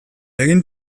egin